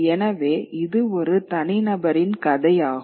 எனவே இது ஒரு தனிநபரின் கதை ஆகும்